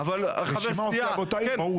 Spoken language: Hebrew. לא, רשימה או סיעה באותה עיר.